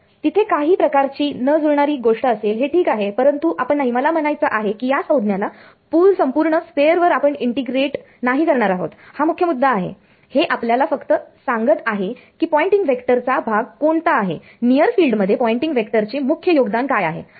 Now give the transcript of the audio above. तर तिथे काही प्रकारची न जुळणारी गोष्ट असेल हे ठीक आहे परंतु आपण नाही मला म्हणायचं आहे की या संज्ञा ला या संपूर्ण स्फेअर वर आपण इंटिग्रेट नाही करणार आहोत हा मुख्य मुद्दा आहे हे आपल्याला फक्त सांगत आहे की पॉयंटिंग वेक्टरचा भाग कोणता आहे नियर फिल्डमध्ये पॉयंटिंग वेक्टरचे मुख्य योगदान काय आहे